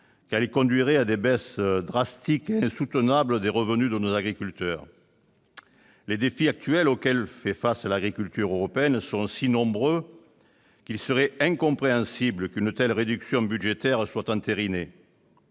il conduirait à des baisses drastiques et insoutenables de revenu pour nos agriculteurs. Les défis actuels auxquels fait face l'agriculture européenne sont si nombreux qu'il serait incompréhensible qu'une telle réduction budgétaire soit entérinée.